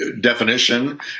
definition